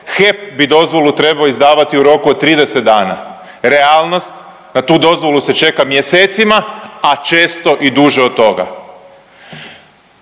HEP bi dozvolu trebao izdavati u roku od 30 dana. Realnost, na tu dozvolu se čeka mjesecima, a često i duže od toga.